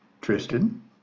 Tristan